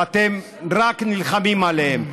ואתם נלחמים רק עליהם,